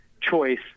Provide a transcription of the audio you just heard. choice